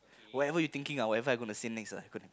wherever you thinking ah whatever I gonna say next ah